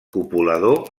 copulador